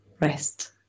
rest